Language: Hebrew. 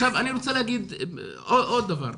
עכשיו אני רוצה להגיד עוד דבר.